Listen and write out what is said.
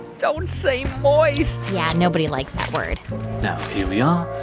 don't say moist yeah. nobody likes that word now here we are.